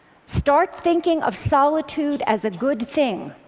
start thinking of solitude as a good thing.